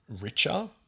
richer